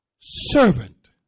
Servant